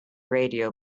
radio